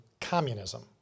communism